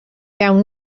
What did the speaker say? iawn